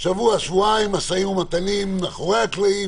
במשך שבוע-שבועיים יש משא ומתן מאחורי הקלעים,